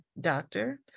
doctor